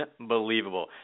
unbelievable